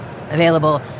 available